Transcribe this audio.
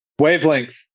Wavelengths